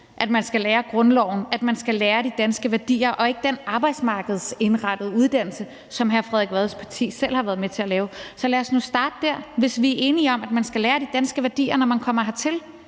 at man skal lære grundloven, og at man skal lære de danske værdier, i stedet for den arbejdsmarkedsindrettede uddannelse, som hr. Frederik Vads parti selv har været med til at lave. Så lad os nu starte der, hvis vi er enige om, at man skal lære de danske værdier, når man kommer hertil.